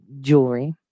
jewelry